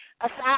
aside